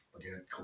again